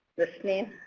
listening.